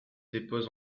dépose